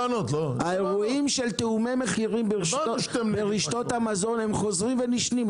והאירועים של תיאומי מחירים ברשתות המזון הם חוזרים ונשנים.